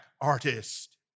artist